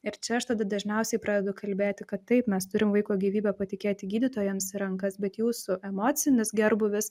ir čia aš tada dažniausiai pradedu kalbėti kad taip mes turim vaiko gyvybę patikėti gydytojams į rankas bet jūsų emocinis gerbūvis